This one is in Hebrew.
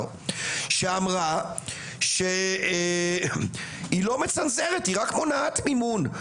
שאמרה שהיא לא מצנזרת היא רק מונעת מימון,